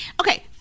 Okay